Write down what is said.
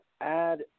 add